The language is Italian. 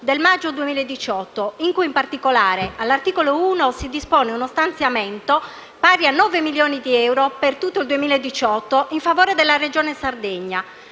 del 9 maggio 2018 in cui, in particolare, all'articolo 1 si dispone uno stanziamento pari a 9 milioni di euro per il 2018 in favore della Regione Sardegna,